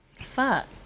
Fuck